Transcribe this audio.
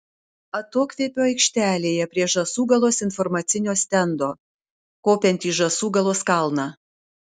atokvėpio aikštelėje prie žąsūgalos informacinio stendo kopiant į žąsūgalos kalną